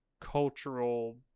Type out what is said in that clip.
cultural